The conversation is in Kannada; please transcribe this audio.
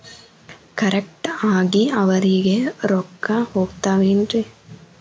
ಕರೆಕ್ಟ್ ಆಗಿ ಅವರಿಗೆ ರೊಕ್ಕ ಹೋಗ್ತಾವೇನ್ರಿ?